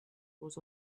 was